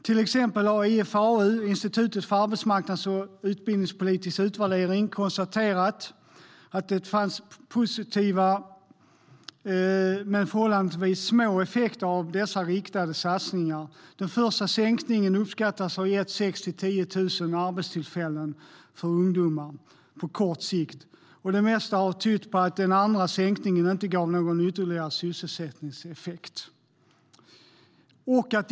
Till exempel har IFAU, Institutet för arbetsmarknads och utbildningspolitisk utvärdering, konstaterat att det fanns positiva men förhållandevis små effekter av dessa riktade satsningar. Den första sänkningen uppskattas ha gett 6 000-10 000 arbetstillfällen för ungdomar på kort sikt. Det mesta har tytt på att den andra sänkningen inte gav någon ytterligare sysselsättningseffekt.